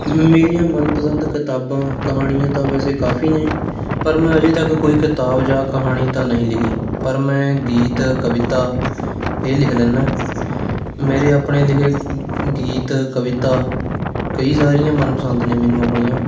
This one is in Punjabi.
ਮੇਰੀਆਂ ਮਨਪਸੰਦ ਕਿਤਾਬਾਂ ਕਹਾਣੀਆਂ ਤਾਂ ਵੈਸੇ ਕਾਫੀ ਨੇ ਪਰ ਮੈਂ ਅਜੇ ਤੱਕ ਕੋਈ ਕਿਤਾਬ ਜਾਂ ਕਹਾਣੀ ਤਾਂ ਨਹੀਂ ਲਿਖੀ ਪਰ ਮੈਂ ਗੀਤ ਕਵਿਤਾ ਇਹ ਲਿਖ ਲੈਂਦਾ ਮੇਰੇ ਆਪਣੇ ਲਿਖੇ ਗੀਤ ਕਵਿਤਾ ਕਈ ਸਾਰੀਆਂ ਮਨਪਸੰਦ ਨੇ ਮੈਨੂੰ ਆਪਣੀਆਂ